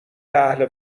اهل